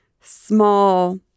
small